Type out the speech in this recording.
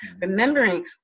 remembering